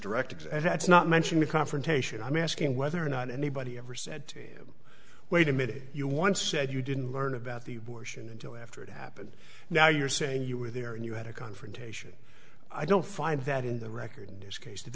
direct and that's not mention the confrontation i'm asking whether or not anybody ever said to him wait a minute you once said you didn't learn about the abortion until after it happened now you're saying you were there and you had a confrontation i don't find that in the record in this case that